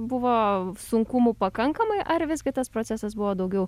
buvo sunkumų pakankamai ar visgi tas procesas buvo daugiau